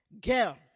girl